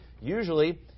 usually